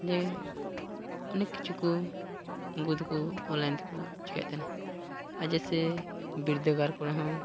ᱡᱮ ᱚᱱᱮᱠ ᱠᱤᱪᱷᱩ ᱠᱚ ᱟᱹᱜᱩ ᱫᱚᱠᱚ ᱚᱱᱞᱟᱭᱤᱱ ᱛᱮᱠᱚ ᱟᱹᱜᱩᱦᱚᱪᱚᱭᱮᱫ ᱫᱟ ᱟᱨ ᱡᱮᱭᱥᱮ ᱵᱤᱨᱫᱟᱹᱜᱟᱲ ᱠᱚᱨᱮᱦᱚᱸ